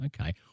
Okay